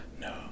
No